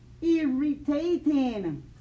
irritating